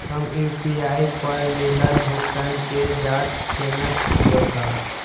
हम यू.पी.आई पर मिलल भुगतान के जाँच केना देखब?